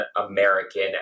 American